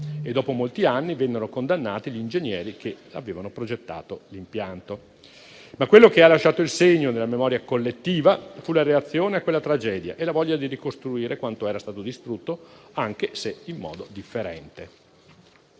e dopo molti anni vennero condannati gli ingegneri che avevano progettato l'impianto. Quello che però ha lasciato il segno nella memoria collettiva fu la reazione a quella tragedia e la voglia di ricostruire quanto era stato distrutto, anche se in modo differente.